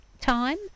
time